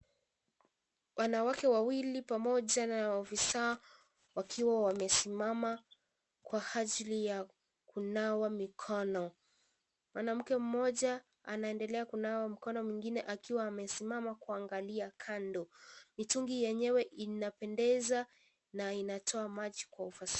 Wanawake wawili pamoja na ofisa, wakiwa wamesimama kwa ajili ya kunawa mikono. Mwanamke mmoja, anaendelea kunawa mkono mwingine akiwa amesimama kuangalia kando. Mitungi yenyewe ina pendeza na inatoa maji kwa ufasaha.